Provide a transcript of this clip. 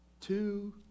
Two